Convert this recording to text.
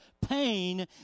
pain